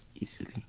easily